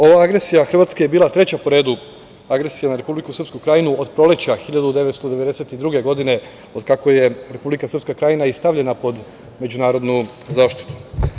Ova agresija Hrvatske je bila treća po redu agresija na Republiku Srpsku Krajinu od proleća 1992. godine, od kako je Republika Srpska Krajina i stavljena pod međunarodnu zaštitu.